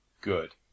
good